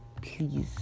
please